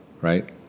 right